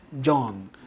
John